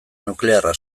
nuklearra